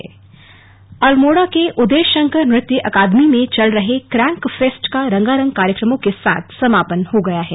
slug crank महोत्सव अल्मोड़ा के उदय शंकर नृत्य अकादमी में चल रहे क्रैंक फेस्ट का रंगारंग कार्यक्रमों के साथ समापन हो गया है